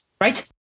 right